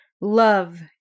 love